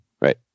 Right